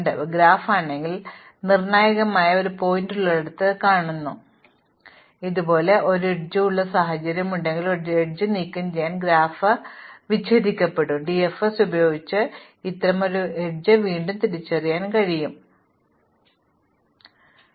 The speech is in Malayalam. ഇപ്പോൾ ഇവ പ്രധാനമാണ് കാരണം ഇവ ഏതെങ്കിലും തരത്തിലുള്ള ആശയവിനിമയ ശൃംഖലയെയോ ചില റൂട്ട് നെറ്റ്വർക്കിനെയോ പ്രതിനിധീകരിക്കുന്നുവെങ്കിൽ ഇവയിൽ കുപ്പി കഴുത്തുകളാണെങ്കിൽ ഇവ നിർണായക പോയിന്റുകളാണ് ഇതൊരു കവലയാണെങ്കിൽ അപകടമുണ്ടാകാതെ ട്രാഫിക്കും കൂടാതെ ഇടതുവശത്ത് പല ഭാഗത്തുനിന്നും പോകുക വലതുവശത്ത് അല്ലെങ്കിൽ ഇത് ഒരു നെറ്റ്വർക്ക് വയർ ആണ് ഈ കേബിൾ മുറിച്ചുമാറ്റിയാൽ ഘടകങ്ങൾ കാരണം നെറ്റ്വർക്ക് കട്ട് വിച്ഛേദിക്കപ്പെടും